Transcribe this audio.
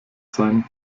sein